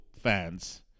fans